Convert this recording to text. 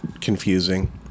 confusing